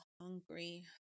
hungry